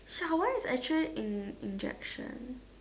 ya why it's actually in injection